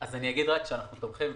אני אגיד שאנחנו תומכים,